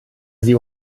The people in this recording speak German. sie